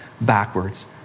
backwards